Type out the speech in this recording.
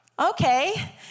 Okay